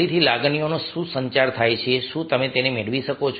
ફરીથી લાગણીનો શું સંચાર થાય છે શું તમે તેને મેળવી શકશો